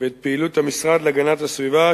ואת פעילות המשרד להגנת הסביבה,